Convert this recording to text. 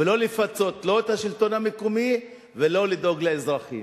בלי לפצות את השלטון המקומי ובלי לדאוג לאזרחים.